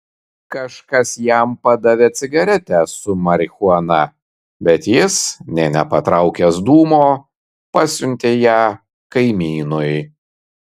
kažkas jam padavė cigaretę su marihuana bet jis nė nepatraukęs dūmo pasiuntė ją kaimynui